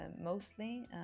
mostly